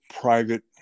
private